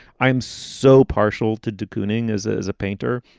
i am so partial to de kooning is as a painter,